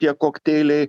tie kokteiliai